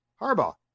harbaugh